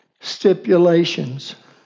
stipulations